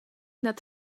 nad